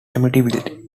amityville